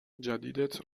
جدیدت